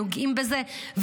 נוגעים בזה,